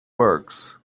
works